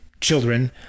children